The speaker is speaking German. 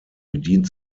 bedient